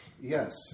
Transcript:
Yes